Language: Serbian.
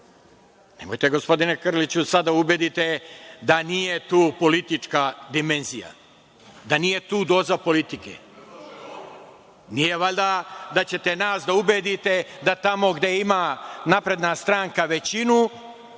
gospodine Krliću, sad da me ubedite da nije tu politička dimenzija, da nije tu doza politike. Nije valjda da ćete nas da ubedite da tamo gde ima SNS većinu,